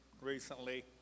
recently